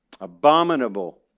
abominable